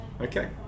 okay